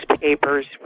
papers